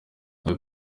aha